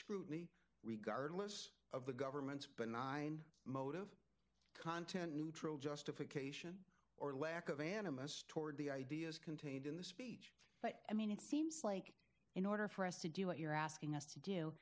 scrutiny regardless of the government's but nine motive content neutral justification or lack of animus toward the ideas contained in the speech but i mean it seems like in order for us to do what you're asking us to do